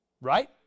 Right